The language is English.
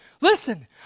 Listen